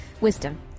Wisdom